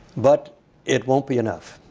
but it won't be enough.